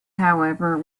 however